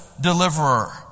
deliverer